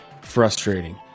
frustrating